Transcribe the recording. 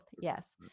Yes